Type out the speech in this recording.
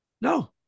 No